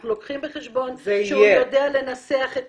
אנחנו לוקחים בחשבון שהוא יודע אולי לנסח את